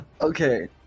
Okay